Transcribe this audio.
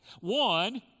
One